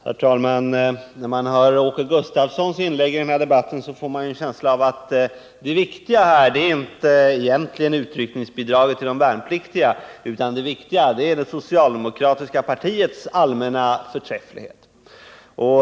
Herr talman! När man hör Åke Gustavssons inlägg i denna debatt, får man en känsla av att det viktiga egentligen inte är utryckningsbidraget till de värnpliktiga utan det socialdemokratiska partiets allmänna förträfflighet.